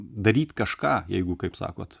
daryt kažką jeigu kaip sakot